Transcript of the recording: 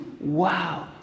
wow